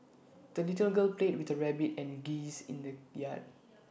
the little girl played with the rabbit and geese in the yard